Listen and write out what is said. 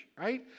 right